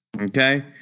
Okay